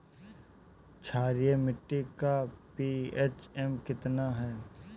क्षारीय मीट्टी का पी.एच मान कितना ह?